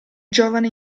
giovane